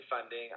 funding